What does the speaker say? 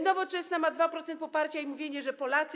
Nowoczesna ma 2% poparcia i mówienie, że Polacy.